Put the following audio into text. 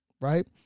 right